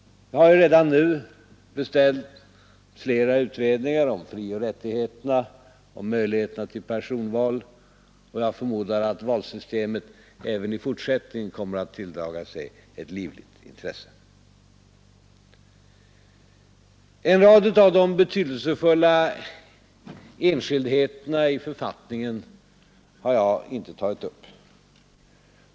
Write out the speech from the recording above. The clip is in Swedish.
Man har ju redan nu beställt flera utredningar om frioch rättigheterna, om möjligheterna till personval, och jag förmodar att valsystemet även i fortsättningen kommer att tilldra sig ett livligt intresse. En rad av de betydelsefulla enskildheterna i författningen har jag inte tagit upp.